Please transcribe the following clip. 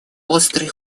острый